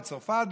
בצרפת,